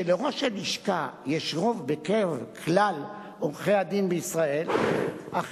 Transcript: שלראש הלשכה יש רוב בקרב כלל עורכי-הדין בישראל אך